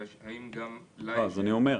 האם גם לה יש מעטפת?